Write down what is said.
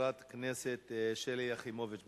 חברת הכנסת שלי יחימוביץ,